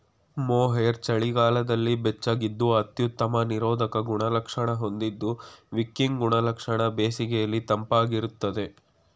mohair ಚಳಿಗಾಲದಲ್ಲಿ ಬೆಚ್ಚಗಿದ್ದು ಅತ್ಯುತ್ತಮ ನಿರೋಧಕ ಗುಣಲಕ್ಷಣ ಹೊಂದಿದ್ದು ವಿಕಿಂಗ್ ಗುಣಲಕ್ಷಣ ಬೇಸಿಗೆಲಿ ತಂಪಾಗಿರ್ತದೆ